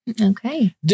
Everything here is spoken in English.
Okay